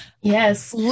Yes